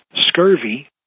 scurvy